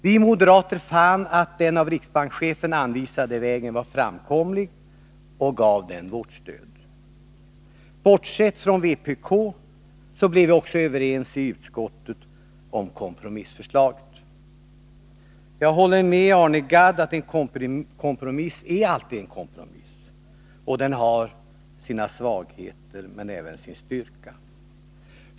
Vi moderater fann att den av riksbankschefen anvisade vägen var framkomlig och gav den vårt stöd. Bortsett från vpk blev vi också överens i utskottet om kompromissförslaget. Jag instämmer med Arne Gadd i att en kompromiss har sina svagheter, men även sin styrka.